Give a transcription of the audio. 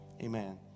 Amen